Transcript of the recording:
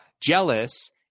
Jealous